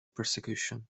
persecution